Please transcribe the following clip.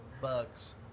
bugs